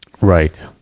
Right